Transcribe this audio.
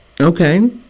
okay